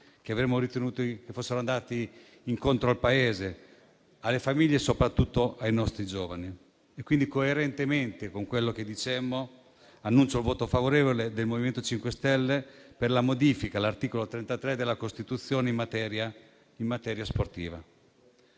che avremmo ritenuto potessero andare incontro al Paese, alle famiglie, soprattutto ai nostri giovani. Pertanto, coerentemente con quello che dicemmo, annuncio il voto favorevole del MoVimento 5 Stelle alla modifica dell'articolo 33 della Costituzione in materia in